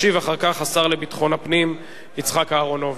ישיב אחר כך השר לביטחון הפנים יצחק אהרונוביץ.